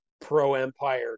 pro-empire